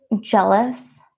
jealous